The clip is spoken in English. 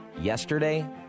Yesterday